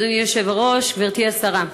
אדוני היושב-ראש, גברתי השרה,